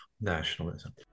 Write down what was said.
nationalism